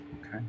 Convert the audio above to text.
okay